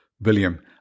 William